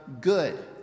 good